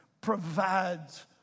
provides